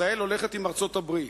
ישראל הולכת עם ארצות-הברית.